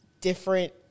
different